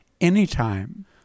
anytime